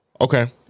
Okay